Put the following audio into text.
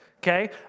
Okay